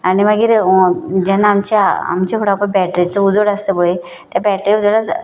आनी मागी आमच्या फुडें पळय बॅटरीचो उजवाड आसता पळय त्या बॅटरीच्या उजवाडा